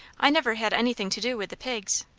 i never had anything to do with the pigs.